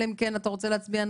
אלא אם כן אתה רוצה להצביע,